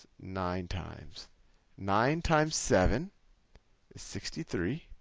nine times nine times seven sixty three.